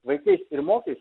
vaikais ir mokytojais